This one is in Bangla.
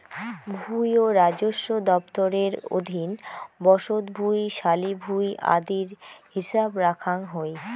ভুঁই ও রাজস্ব দফতরের অধীন বসত ভুঁই, শালি ভুঁই আদির হিছাব রাখাং হই